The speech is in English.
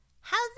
How's